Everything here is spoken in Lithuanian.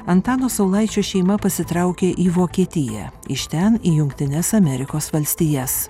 antano saulaičio šeima pasitraukė į vokietiją iš ten į jungtines amerikos valstijas